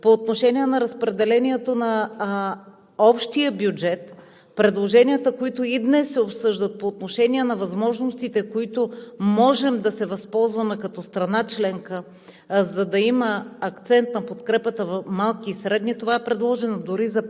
по отношение на разпределението на общия бюджет предложенията, които и днес се обсъждат по отношение на възможностите, от които можем да се възползваме като страна членка, за да има акцент на подкрепата в малките и средните, това е предложено. Дори за